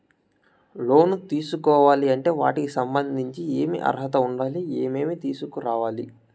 లోను తీసుకోవాలి అంటే వాటికి సంబంధించి ఏమి అర్హత ఉండాలి, ఏమేమి తీసుకురావాలి